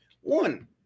One